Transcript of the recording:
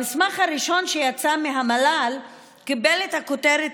המסמך הראשון שיצא מהמל"ל קיבל את הכותרת